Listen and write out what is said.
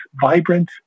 vibrant